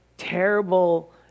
terrible